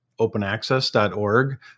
OpenAccess.org